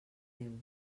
déu